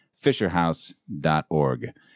fisherhouse.org